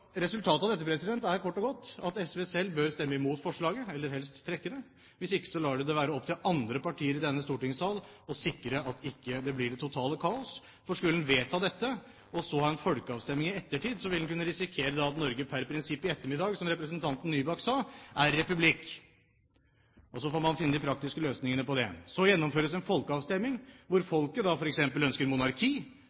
Resultatet av dette er kort og godt at SV selv bør stemme imot forslaget, eller helst trekke det. Hvis ikke lar de det være opp til andre partier i denne stortingssal å sikre at det ikke blir det totale kaos. For skulle en vedta dette, og så ha en folkeavstemning i ettertid, ville en kunne risikere at Norge per prinsipp i ettermiddag, som representanten Nybakk sa, er republikk, og så får man finne de praktiske løsningene på det. Så gjennomføres det en folkeavstemning, hvor